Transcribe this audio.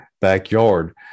backyard